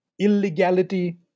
illegality